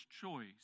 choice